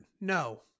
no